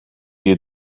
you